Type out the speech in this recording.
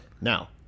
Now